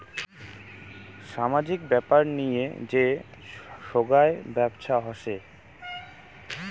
সামাজিক ব্যাপার নিয়ে যে সোগায় ব্যপছা হসে